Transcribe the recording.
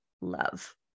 love